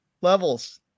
Levels